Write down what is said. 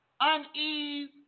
unease